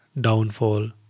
downfall